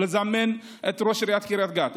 לזמן את ראש עיריית קריית גת,